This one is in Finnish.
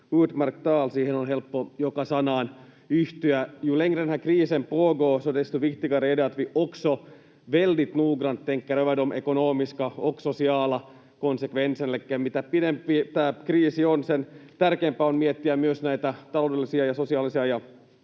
och sociala konsekvenserna. Elikkä mitä pidempi tämä kriisi on, sen tärkeämpää on miettiä myös näitä taloudellisia ja sosiaalisia ja